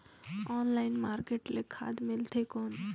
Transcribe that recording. Online market ले खाद मिलथे कौन?